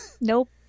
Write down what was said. Nope